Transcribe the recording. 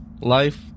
life